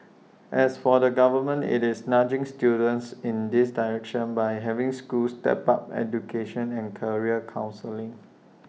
as for the government IT is nudging students in this direction by having schools step up education and career counselling